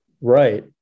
Right